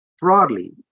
broadly